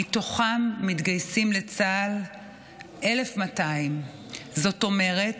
ומתוכם מתגייסים לצה"ל 1,200. זאת אומרת,